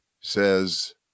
says